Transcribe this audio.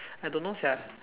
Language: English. I don't know sia